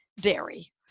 dairy